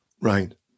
Right